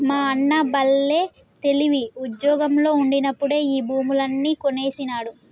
మా అన్న బల్లే తెలివి, ఉజ్జోగంలో ఉండినప్పుడే ఈ భూములన్నీ కొనేసినాడు